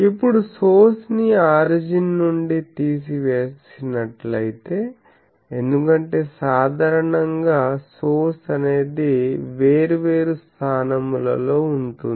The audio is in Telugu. ఇప్పుడు సోర్స్ ని ఆరిజిన్ నుండి తీసి వేసినట్టయితే ఎందుకంటే సాధారణం గా సోర్స్ అనేది వేరు వేరు స్థానముల లో ఉంటుంది